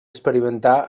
experimentar